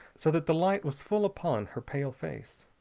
so that the light was full upon her pale face.